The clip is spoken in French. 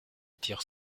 tir